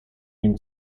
nim